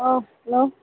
ꯑꯧ ꯂꯩ